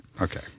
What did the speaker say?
Okay